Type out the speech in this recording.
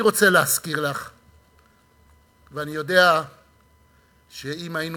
אני רוצה להזכיר לךְ ואני יודע שאם היינו